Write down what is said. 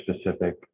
specific